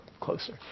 closer